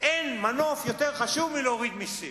אין מנוף יותר חשוב מלהוריד מסים.